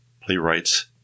Playwrights